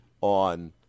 on